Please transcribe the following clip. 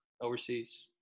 overseas